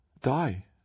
die